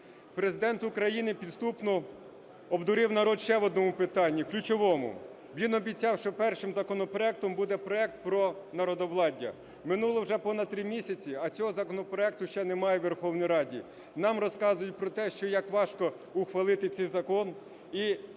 Президент України підступно обдурив народ ще в одному питанні, ключовому: він обіцяв, що першим законопроектом буде проект про народовладдя. Минуло вже понад три місяці, а цього законопроекту ще немає у Верховній Раді. Нам розказують про те, що як важко ухвалити цей закон